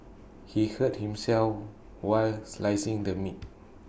he hurt himself while slicing the meat